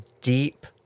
deep